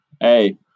Hey